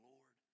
Lord